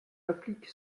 implique